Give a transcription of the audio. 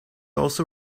also